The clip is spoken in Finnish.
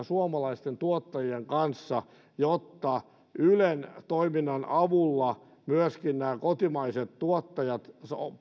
suomalaisten tuottajien kanssa jotta ylen toiminnan avulla myöskin nämä kotimaiset tuottajat